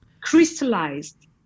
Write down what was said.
crystallized